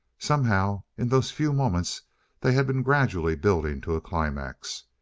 somehow, in those few moments they had been gradually building to a climax.